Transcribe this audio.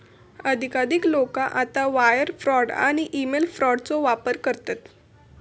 अधिकाधिक लोका आता वायर फ्रॉड आणि ईमेल फ्रॉडचो वापर करतत